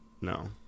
no